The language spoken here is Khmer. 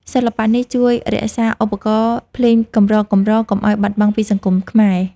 សិល្បៈនេះជួយរក្សាឧបករណ៍ភ្លេងកម្រៗ កុំឱ្យបាត់បង់ពីសង្គមខ្មែរ។